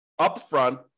upfront